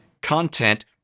content